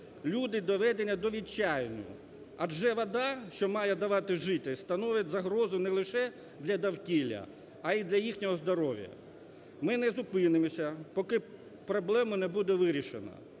Люди доведені до відчаю, адже вода, що має давати жити, становить загрозу не лише для довкілля, а й для їхнього здоров'я. Ми не зупинимося, поки проблема не буде вирішена.